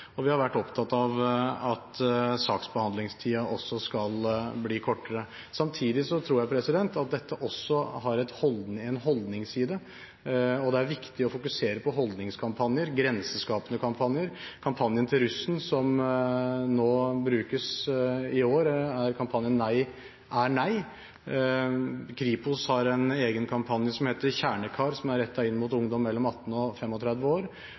og vi har vært opptatt av at saksbehandlingstiden skal bli kortere. Samtidig tror jeg dette også har en holdningsside. Det er viktig å fokusere på holdningskampanjer, grenseskapende kampanjer. Kampanjen til russen som brukes i år, er Nei er Nei. Kripos har en egen kampanje som heter Kjernekar, som er rettet inn mot ungdom mellom 18 og 35 år.